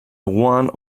one